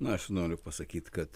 aš noriu pasakyti kad